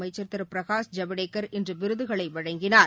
அமைச்சர் திரு பிரகாஷ் ஜவடேக்கர் இன்று விருதுகளை வழங்கினார்